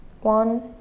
One